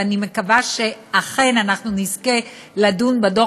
ואני מקווה שאכן אנחנו נזכה לדון בדוח